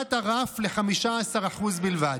יופחת הרף ל-15% בלבד.